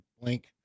link